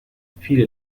viele